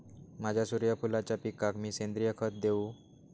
माझ्या सूर्यफुलाच्या पिकाक मी सेंद्रिय खत देवू?